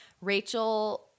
Rachel